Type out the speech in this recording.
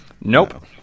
Nope